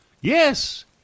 Yes